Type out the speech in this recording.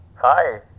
Hi